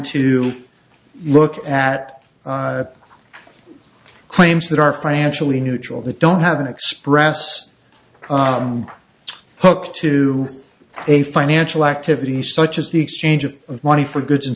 to look at claims that are financially neutral that don't have an express hook to a financial activity such as the exchange of money for goods and